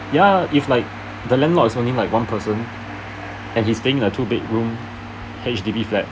ya if like the landlord is only like one person and he's staying a two bedroom H_D_B flat